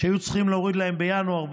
שהיו צריכים להוריד להם בינואר,